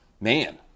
man